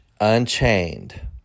Unchained